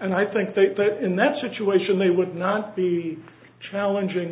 and i think they put it in that situation they would not be challenging